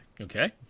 Okay